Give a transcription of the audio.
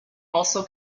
also